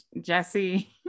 Jesse-